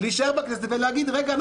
להישאר בכנסת ולהגיד: רגע,